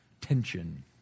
Tension